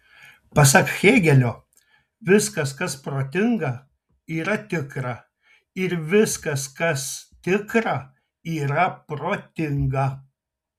pasak hėgelio viskas kas protinga yra tikra ir viskas kas tikra yra protinga